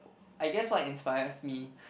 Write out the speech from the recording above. I guess what inspires me